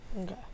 Okay